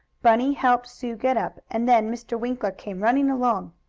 bunny helped sue get up, and then mr. winkler came running along.